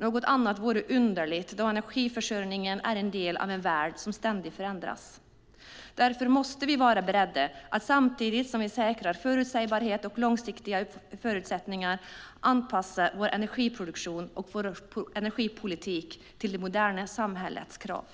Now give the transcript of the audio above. Något annat vore underligt då energiförsörjningen är en del av en värld som ständigt förändras. Därför måste vi vara beredda att samtidigt som vi säkrar förutsägbarhet och långsiktiga förutsättningar anpassa vår energiproduktion och energipolitik till det moderna samhällets krav.